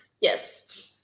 Yes